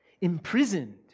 imprisoned